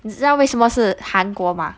你知道为什么是韩国吗